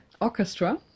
Orchestra